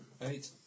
Eight